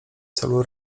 celu